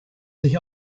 sich